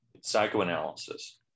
psychoanalysis